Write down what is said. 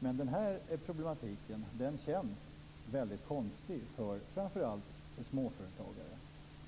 Men denna problematik känns väldigt konstig för framför allt småföretagare.